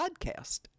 PODCAST